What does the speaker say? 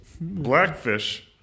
Blackfish